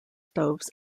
stoves